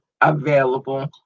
available